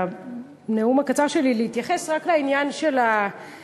בנאום הקצר שלי, להתייחס רק לעניין הגיל,